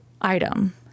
item